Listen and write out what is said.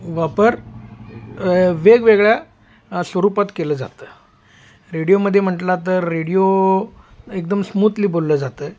वापर वेगवेगळ्या स्वरूपात केलं जातं रेडिओमध्ये म्हटला तर रेडिओ एकदम स्मूथली बोललं जातं